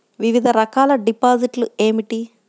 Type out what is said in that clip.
వివిధ రకాల డిపాజిట్లు ఏమిటీ?